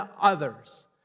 others